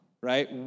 right